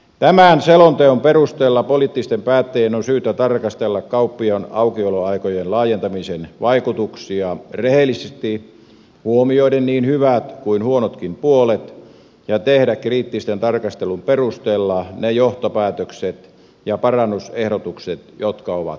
tämän selonteon perusteella poliittisten päättäjien on syytä tarkastella kauppojen aukioloaikojen laajentamisen vaikutuksia rehellisesti huomioiden niin hyvät kuin huonotkin puolet ja tehdä kriittisen tarkastelun perusteella ne johtopäätökset ja parannusehdotukset jotka ovat tarpeen